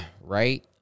right